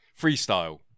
Freestyle